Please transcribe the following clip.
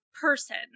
person